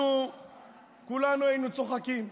אנחנו כולנו היינו צוחקים.